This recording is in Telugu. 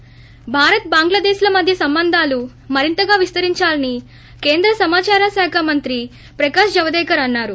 ి భారత్ బంగ్లదేశ్ ల మధ్య సంబంధాలు మరింతగా విస్తరించాలని కేంద్ర సమాచార శాఖ మంత్రి ప్రకాష్ జవదేకర్ అన్నారు